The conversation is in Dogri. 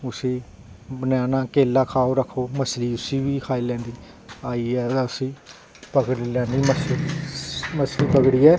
उसी वनैना केले लैओ रक्खो उसी बी खाई लैंदी आइयै उसी पकड़ी लैनी मछली ते पकड़ियै